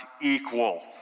equal